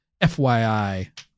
FYI